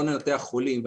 לא ננתח חולים,